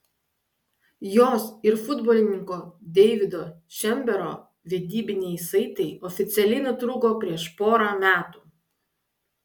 jos ir futbolininko deivido šembero vedybiniai saitai oficialiai nutrūko prieš porą metų